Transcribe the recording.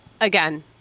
again